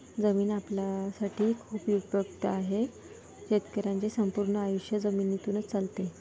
जमीन आपल्यासाठी खूप उपयुक्त आहे, शेतकऱ्यांचे संपूर्ण आयुष्य जमिनीतूनच चालते